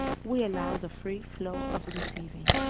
we allow the free flow of receiving.